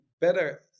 better